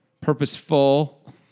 Purposeful